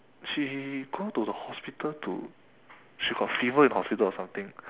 she go to the hospital to she got fever in hospital or something